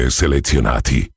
selezionati